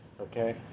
Okay